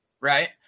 right